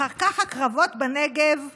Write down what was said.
אחר כך הקרבות בנגב נרגעו,